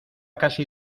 casi